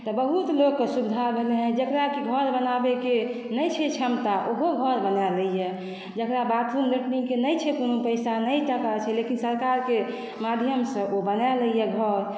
तऽ बहुत लोककेँ सुविधा भेलै हँ जकरा कि घर बनाबैके नहि क्षमता ओहो घर बनाए लै यऽ जकरा बाथरूम लेटरिंग के नहि छै कोनो पैसा नहि टाका छै लेकिन सरकारके माध्यमसँ ओ बनाए लै यऽ घर